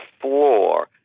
floor